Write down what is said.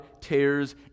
tears